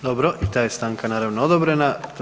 Dobro, i ta je stanka naravno odobrena.